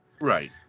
Right